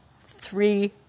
three